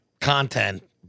content